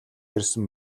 ирсэн